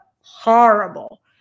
horrible